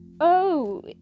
Oh